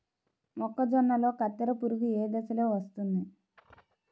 మొక్కజొన్నలో కత్తెర పురుగు ఏ దశలో వస్తుంది?